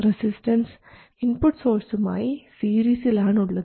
resistance input സോഴ്സുമായി സീരീസിൽ ആണുള്ളത്